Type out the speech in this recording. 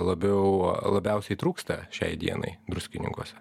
labiau labiausiai trūksta šiai dienai druskininkuose